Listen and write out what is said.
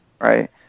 Right